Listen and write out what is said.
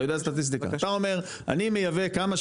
אתה אומר אני מייבא כמה?